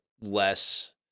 less